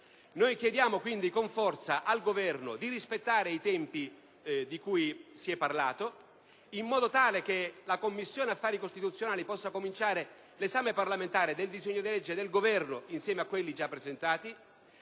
Chiediamo, quindi, con forza al Governo di rispettare i tempi di cui si è parlato, in modo tale che la Commissione affari costituzionali possa cominciare l'esame parlamentare del disegno di legge governativo insieme a quelli già presentati